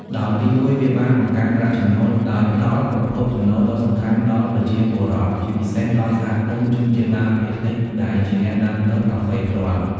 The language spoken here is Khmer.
ដោយទីមួយ វាបាន បង្កើនប្រាក់ចំណូល ដោយផ្តល់ប្រភពចំណូលដ៏សំខាន់ដល់ប្រជាពលរដ្ឋ ជាពិសេសដល់សហគមន៍ជនជាតិដើមភាគតិច ដែលជាអ្នកដាំដុះកាហ្វេផ្ទាល់។